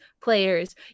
players